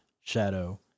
Shadow